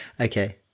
Okay